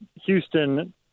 Houston